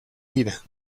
vida